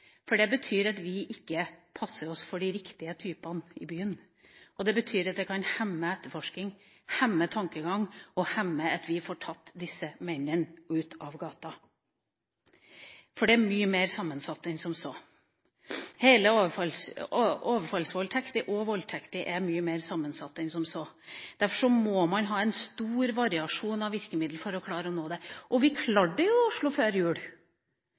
for det betyr at vi ikke passer oss for de riktige typene i byen, og det betyr at det kan hemme etterforskning, hemme tankegang og hemme oss i å få tatt disse mennene ut fra gata. For overfallsvoldtekt og voldtekt er mye mer sammensatt enn som så. Derfor må man ha stor variasjon i virkemidler for å nå det vi skal. Vi klarte det jo i Oslo før jul.